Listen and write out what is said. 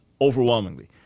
overwhelmingly